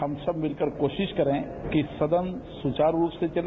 हम सब मिलकर कोशिश करें कि सदन सुचारू रूप से चले